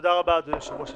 תודה רבה, אדוני היושב-ראש.